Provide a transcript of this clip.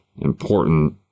important